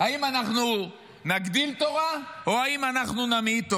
האם אנחנו נגדיל תורה או האם אנחנו נמעיט תורה?